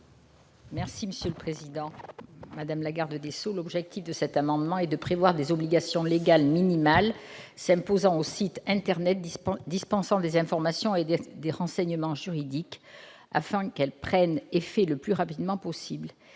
: La parole est à Mme Josiane Costes. L'objet de cet amendement est de prévoir des obligations légales minimales s'imposant aux sites internet dispensant des informations et des renseignements juridiques, afin qu'elles prennent effet le plus rapidement possible.